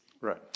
Right